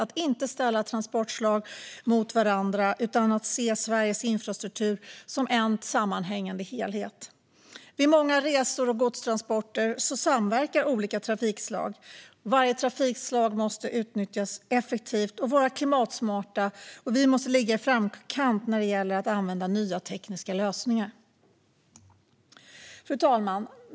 Vi ska inte ställa transportslag mot varandra utan se Sveriges infrastruktur som en sammanhängande helhet. Vid många resor och godstransporter samverkar olika trafikslag. Varje trafikslag måste utnyttjas effektivt och vara klimatsmart, och vi måste ligga i framkant när det gäller att använda nya tekniska lösningar. Fru talman!